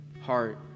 heart